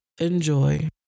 enjoy